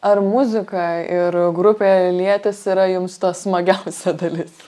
ar muzika ir grupė lietis yra jums smagiausia dalis